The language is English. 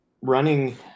running